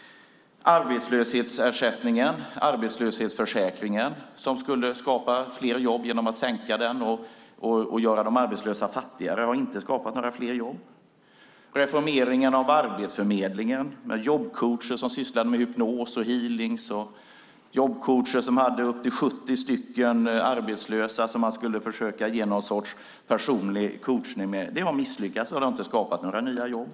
Arbetslöshetsersättningen i arbetslöshetsförsäkringen skulle skapa fler jobb genom att man skulle sänka den och göra de arbetslösa fattigare. Det har inte skapat några fler jobb. Reformeringen av Arbetsförmedlingen med jobbcoacher som sysslade med hypnos och healing och jobbcoacher som hade upp till 70 arbetslösa som man skulle försöka att ge någon sorts personlig coachning har misslyckats och har inte skapat några nya jobb.